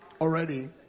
already